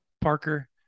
parker